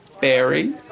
Barry